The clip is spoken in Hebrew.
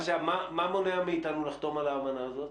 מה מונע מאיתנו לחתום על האמנה הזאת?